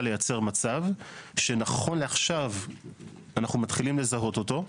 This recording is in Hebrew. לייצר מצב שנכון לעכשיו אנחנו מתחילים לזהות אותו,